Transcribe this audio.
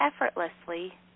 effortlessly